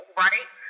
right